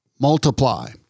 multiply